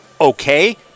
okay